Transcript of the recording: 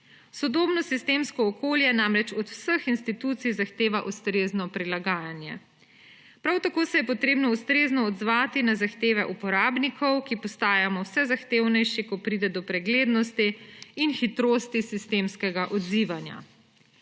Sodobno sistemsko okolje namreč od vseh institucij zahteva ustrezno prilagajanje. Prav tako se je treba ustrezno odzvati na zahteve uporabnikov, ki postajamo vse zahtevnejši, ko pride do preglednosti in hitrosti sistemskega odzivanja.